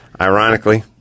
Ironically